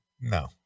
No